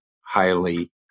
highly